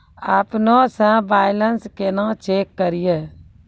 अपनों से बैलेंस केना चेक करियै?